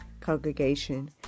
congregation